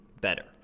better